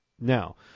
now